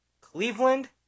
Cleveland